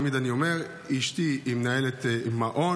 תמיד אני אומר: אשתי היא מנהלת מעון,